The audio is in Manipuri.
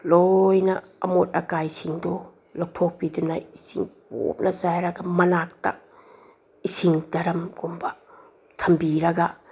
ꯂꯣꯏꯅ ꯑꯃꯣꯠ ꯑꯀꯥꯏꯁꯤꯡꯗꯣ ꯂꯧꯊꯣꯛꯄꯤꯗꯨꯅ ꯏꯁꯤꯡ ꯄꯣꯞꯅ ꯆꯥꯏꯔꯒ ꯃꯅꯥꯛꯇ ꯏꯁꯤꯡ ꯗꯔꯝꯒꯨꯝꯕ ꯊꯝꯕꯤꯔꯒ